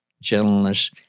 gentleness